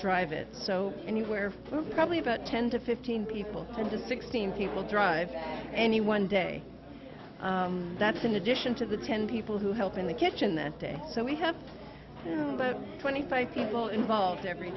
drive it so anywhere for probably about ten to fifteen people and just sixteen people drive any one day that's in addition to the ten people who help in the kitchen that day so we have twenty five people involved every